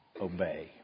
obey